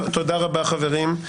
תודה רבה, חברים.